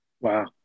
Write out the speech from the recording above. Wow